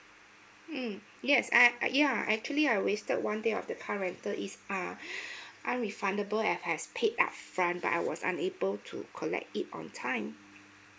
mm yes I ya actually I wasted one day of the car rental is uh unrefundable as I have paid upfront but I was unable to collect it on time